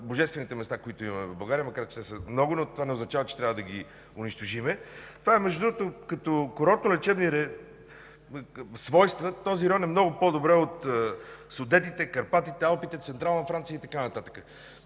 божествените места, които имаме в България, макар че те са много, но това не означава, че трябва да ги унищожим. Между другото, като курорт и лечебни свойства този район е много по-добър от Судетите, Карпатите, Алпите, Централна Франция и така